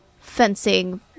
fencing